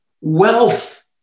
wealth